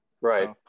right